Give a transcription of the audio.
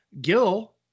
Gil